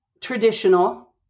traditional